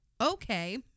Okay